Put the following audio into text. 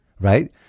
right